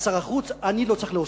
ושר החוץ, אני לא צריך להוסיף.